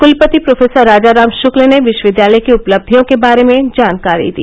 कुलपति प्रोराजाराम शुक्ल ने विश्वविद्यालय की उपलब्धियों के बारे में जानकारी दी